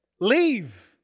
Leave